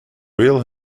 reel